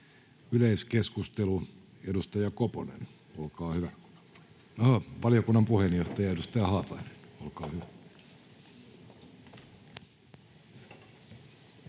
Yleiskeskustelu, valiokunnan puheenjohtaja, edustaja Haatainen,